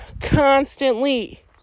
Constantly